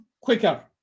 quicker